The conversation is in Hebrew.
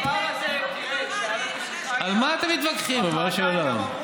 הדבר הזה, על מה אתם מתווכחים, ריבונו של עולם?